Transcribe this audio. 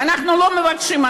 ואנחנו לא מבקשים,